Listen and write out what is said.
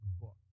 book